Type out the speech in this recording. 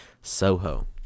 Soho